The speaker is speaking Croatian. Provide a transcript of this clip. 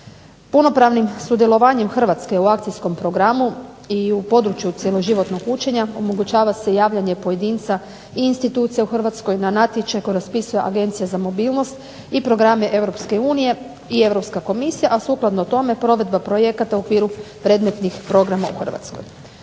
Punopravnim sudjelovanjem Hrvatske u akcijskom programu i u području cjeloživotnog učenja, omogućava se javljanje pojedinca i institucija u Hrvatskoj na natječaj koji raspisuje Agencija za mobilnost i programe EU i Europska komisija, a sukladno tome provedba projekata u okviru predmetnih programa u HRvatskoj.